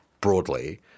broadly